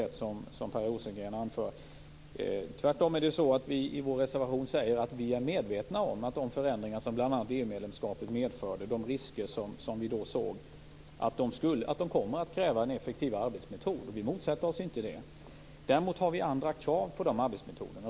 Tvärtom säger vi i vår reservation att vi är medvetna om att de förändringar som bl.a. EU medlemskapet medförde och de risker som vi då såg kommer att kräva en effektivare arbetsmetod. Vi motsätter oss inte det. Däremot har vi andra krav på de arbetsmetoderna.